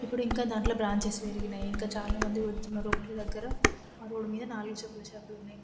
ఇప్పుడు ఇంకా దాంట్లో బ్రాంచెస్ పెరిగినాయి ఇంకా చాలామంది పెడుతున్నారు ఒకటే దగ్గర మా రోడ్దు మీద నాలుగు చెప్పుల షాపులు ఉన్నాయి